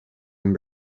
and